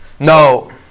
No